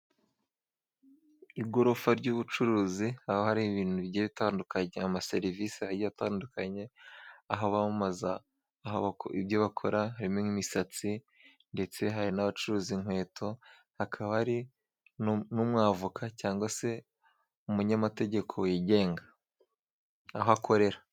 Igorofa ry'ubucuruzi aho hari ibintu bigiye bitandukanye, amaserivisi atandukanye, aha bamamaza ibyo bakora haririmo nk'imisatsi, ndetse hari n'abacuruza inkweto, hakaba hari n'umwavoka cyangwa se umunyamategeko wigenga aho akorera.